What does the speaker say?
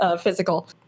physical